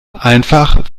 einfach